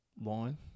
line